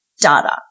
data